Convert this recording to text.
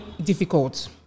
difficult